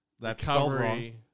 Recovery